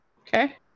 Okay